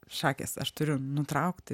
šakės aš turiu nutraukti